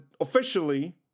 officially